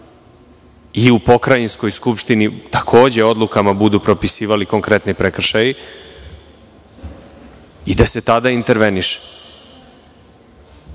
i u pokrajinskoj Skupštini takođe odlukama budu propisivali konkretni prekršaji i da se tada interveniše. Dakle,